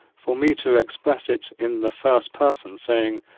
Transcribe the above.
for me to express it in the first person saying,